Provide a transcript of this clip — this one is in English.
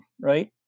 right